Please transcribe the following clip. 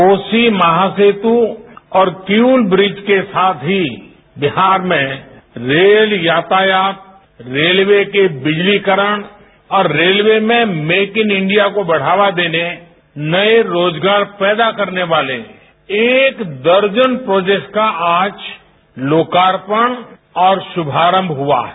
कोसी महासेतु और किउल ब्रिज के साथ ही बिहार में रेल यातायात रेलवे के बिजलीकरण और रेलवे में मेक इन इंडिया को बढ़ावा देने नये रोजगार पैदा करने वाले एक दर्जन प्रोजेक्ट्स का आज लोकार्पण और शुभारंभ हुआ है